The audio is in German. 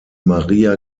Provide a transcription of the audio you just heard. maria